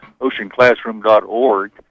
oceanclassroom.org